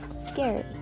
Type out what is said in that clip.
scary